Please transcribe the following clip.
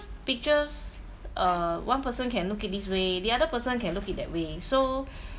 pictures err one person can look it this way the other person can look it that way so